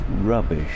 Rubbish